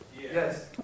Yes